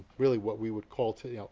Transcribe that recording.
really what we would call today, you know,